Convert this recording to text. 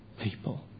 people